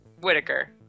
Whitaker